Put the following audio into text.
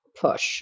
push